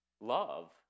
love